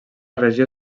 regió